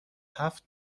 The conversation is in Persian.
هفت